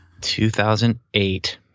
2008